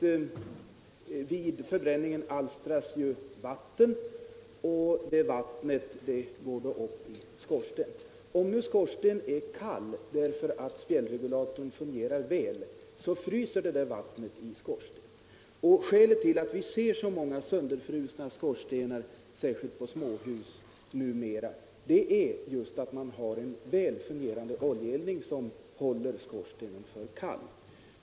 Vid förbränningen alstras vatten, och det vattnet går upp i skorstenen. Om skorstenen är kall därför att spjällregulatorn fungerar väl, fryser vattnet i skorstenen vintertid. Skälet till att vi numera ser så många sönderfrusna skorstenar särskilt på småhus är just att man har en väl fungerande oljeeldning, som håller skorstenen för kall.